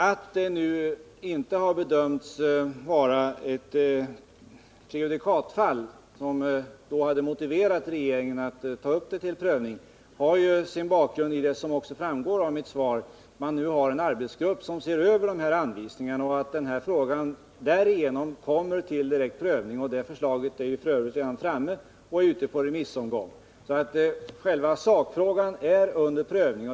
Att ärendet nu inte har bedömts vara ett prejudikatfall, som hade motiverat regeringen att ta upp det till prövning, har sin bakgrund i — vilket också framgår av mitt svar — att det nu finns en arbetsgrupp som skall se över anvisningarna, varigenom frågan kommer att tas upp till prövning. Det förslaget är f. ö. redan framlagt och har utsänts på remiss. Själva sakfrågan är alltså redan under prövning.